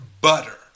butter